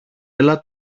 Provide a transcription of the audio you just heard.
έλα